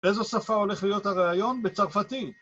איזו שפה הולך להיות הראיון? בצרפתית